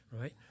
right